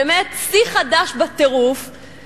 באמת שיא חדש בטירוף,